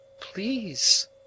please